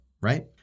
right